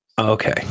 Okay